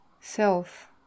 self